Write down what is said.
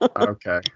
okay